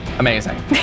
Amazing